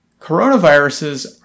Coronaviruses